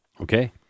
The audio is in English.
Okay